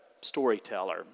storyteller